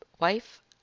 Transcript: wife